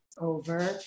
over